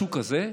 משהו כזה,